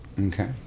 Okay